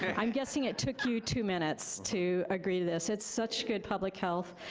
and i'm guessing it took you two minutes to agree to this. it's such good public health.